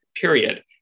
period